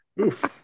Oof